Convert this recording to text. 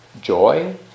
joy